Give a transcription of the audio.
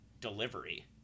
Delivery